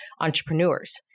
entrepreneurs